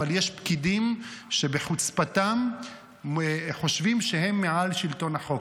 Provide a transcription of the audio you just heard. אבל יש פקידים שבחוצפתם חושבים שהם מעל שלטון החוק,